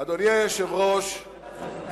אדוני היושב-ראש,